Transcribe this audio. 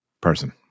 person